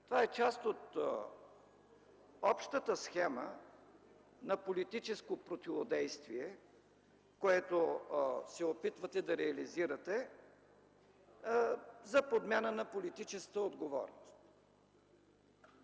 Това е част от общата схема на политическо противодействие, което се опитвате да реализирате за подмяна на политическата отговорност.